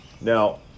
Now